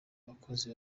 abakozi